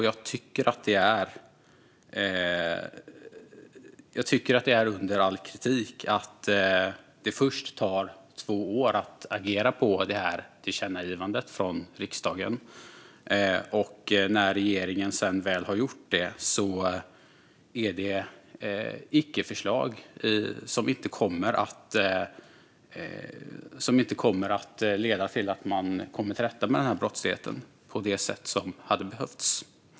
Jag tycker också att det är under all kritik att det först tar två år att agera på tillkännagivandet från riksdagen, och när regeringen väl gör det är det med icke-förslag, som inte kommer att leda till att komma till rätta med brottsligheten på det sätt som behövs.